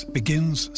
begins